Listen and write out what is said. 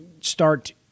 start